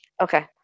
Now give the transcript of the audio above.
okay